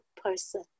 person